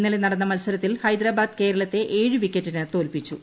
ഇന്നലെ നടന്ന മത്സരത്തിൽ ഹൈദരാബാദ് കേരളത്തെ ഏഴ് വിക്കറ്റിന് തോൽപ്പിച്ചു